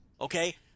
Okay